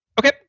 okay